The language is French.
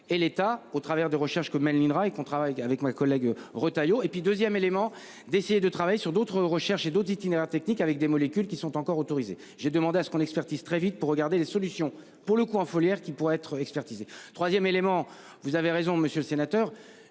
et l'État, au travers de recherches que mène l'INRA et qu'on travaille avec mes collègues Retailleau et puis 2ème élément d'essayer de travailler sur d'autres recherches et d'autres itinéraires techniques avec des molécules qui sont encore autorisés. J'ai demandé à ce qu'on expertise très vite pour regarder les solutions pour le coin Fowler qui pourrait être expertisé 3ème élément. Vous avez raison, Monsieur le Sénateur,